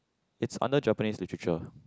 it's under Japanese literature